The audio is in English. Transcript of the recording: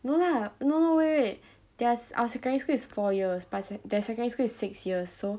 no lah no no wait wait their our secondary school is four years but their secondary school is six years so